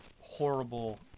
horrible